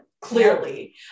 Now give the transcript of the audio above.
clearly